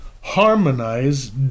harmonize